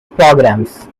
programs